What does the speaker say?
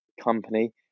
company